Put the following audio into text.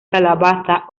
calabaza